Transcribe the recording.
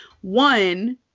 One